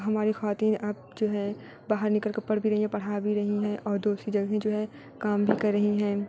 ہماری خواتین اب جو ہے باہر نکل کر پڑھ بھی رہی ہیں پڑھا بھی رہی ہیں اور دوسری جگہیں جو ہے کام بھی کر رہی ہیں